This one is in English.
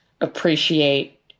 appreciate